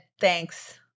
Thanks